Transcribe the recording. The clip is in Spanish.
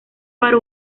para